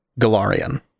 Galarian